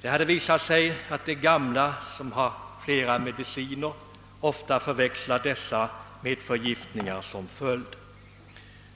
Det har visat sig att gamla som har flera mediciner ofta förväxlar dessa med förgiftningar som följd.